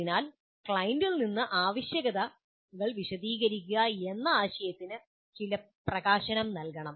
എന്നാൽ ക്ലയന്റിൽ നിന്ന് ആവശ്യകതകൾ വിശദീകരിക്കുക എന്ന ആശയത്തിന് ചില പ്രകാശനം നൽകണം